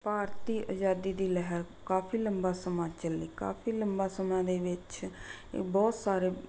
ਭਾਰਤ ਦੀ ਆਜ਼ਾਦੀ ਦੀ ਲਹਿਰ ਕਾਫੀ ਲੰਬਾ ਸਮਾਂ ਚੱਲੀ ਕਾਫੀ ਲੰਬਾ ਸਮਾਂ ਦੇ ਵਿੱਚ ਬਹੁਤ ਸਾਰੇ